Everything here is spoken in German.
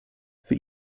für